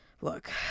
look